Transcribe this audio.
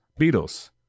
Beatles